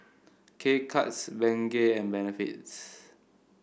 K Cuts Bengay and Benefits